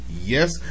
Yes